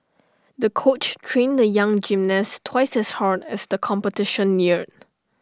the coach trained the young gymnast twice as hard as the competition neared